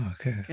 okay